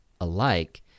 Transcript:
alike